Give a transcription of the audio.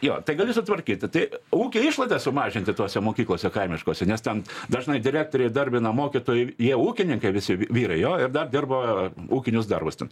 jo tai gali sutvarkyti tai ūkio išlaidas sumažinti tose mokyklose kaimiškose nes ten dažnai direktoriai įdarbina mokytojų jie ūkininkai visi vyrai jo ir dar dirbo ūkinius darbus ten